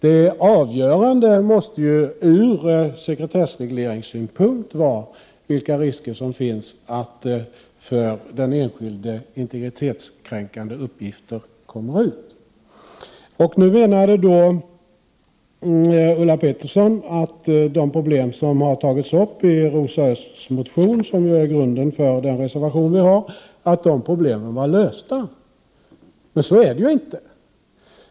Det avgörande ur sekretessregelsynpunkt måste ju vara vilka risker som finns att för den enskildes integritet kränkande uppgifter kommer ut. Ulla Pettersson menade att de problem som har tagits upp i Rosa Ösths motion, som är grunden för den reservation vi diskuterar, var lösta, men så är det ju inte.